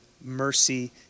mercy